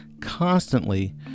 constantly